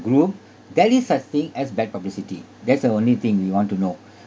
group there is such thing as bad publicity that's the only thing we want to know